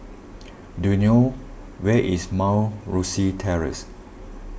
do you knew where is Mount Rosie Terrace